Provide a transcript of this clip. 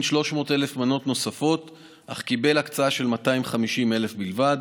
300,000 מנות נוספות אך קיבל הקצאה של 250,000 בלבד.